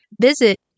Visit